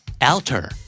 Alter